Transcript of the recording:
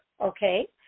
Okay